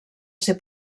ser